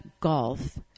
golf